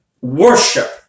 Worship